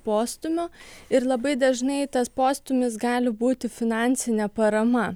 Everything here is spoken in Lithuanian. postūmio ir labai dažnai tas postūmis gali būti finansinė parama